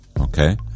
Okay